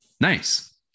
Nice